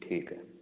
ठीक है